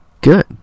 Good